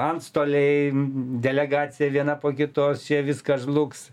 antstoliai delegacija viena po kitos čia viskas žlugs